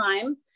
time